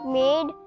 made